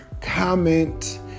comment